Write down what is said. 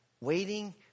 waiting